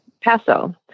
Paso